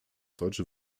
deutsche